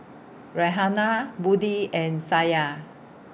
Raihana Budi and Syah